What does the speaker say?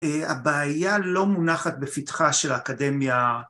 הבעיה לא מונחת בפיתחה של האקדמיה.